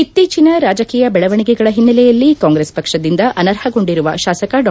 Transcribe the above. ಇತ್ತೀಚಿನ ರಾಜಕೀಯ ದೆಳವಣಿಗೆಗಳ ಹಿನ್ನೆಲೆಯಲ್ಲಿ ಕಾಂಗ್ರೆಸ್ ಪಕ್ಷದಿಂದ ಅನರ್ಹಗೊಂಡಿರುವ ಶಾಸಕ ಡಾ